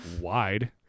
wide